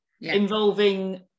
involving